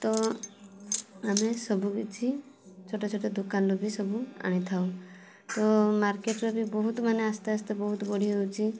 ତ ଆମେ ସବୁ କିଛି ଛୋଟ ଛୋଟ ଦୋକାନରୁ ବି ସବୁ ଆଣିଥାଉ ତ ମାର୍କେଟ୍ ରେ ବି ବହୁତ ମାନେ ଆସ୍ତେ ଆସ୍ତେ ବହୁତ ବଢ଼ିଯାଉଛି